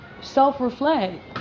self-reflect